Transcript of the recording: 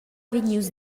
vegnius